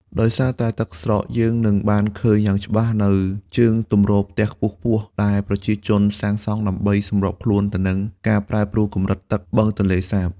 ដោយសារតែទឹកស្រក យើងនឹងបានឃើញយ៉ាងច្បាស់នូវជើងទម្រផ្ទះខ្ពស់ៗ ដែលប្រជាជនសាងសង់ដើម្បីសម្របខ្លួនទៅនឹងការប្រែប្រួលកម្រិតទឹកបឹងទន្លេសាប។